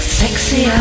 sexy